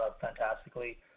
fantastically